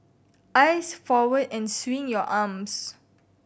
eyes forward and swing your arms